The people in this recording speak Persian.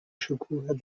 شکوه